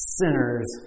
sinners